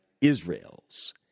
Israel's